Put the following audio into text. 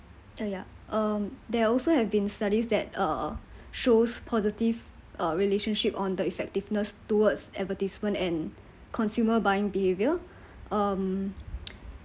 ya ya um there also have been studies that uh shows positive uh relationship on the effectiveness towards advertisement and consumer buying behaviour um